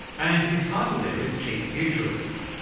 and his title there is chief futurist.